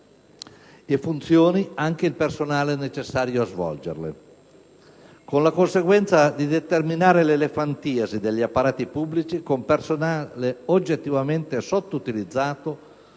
funzioni, anche il personale necessario a svolgerle, con la conseguenza di determinare l'elefantiasi degli apparati pubblici, con personale oggettivamente sottoutilizzato